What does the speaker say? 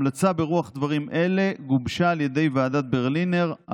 המלצה ברוח דברים אלה גובשה על ידי ועדת ברלינר,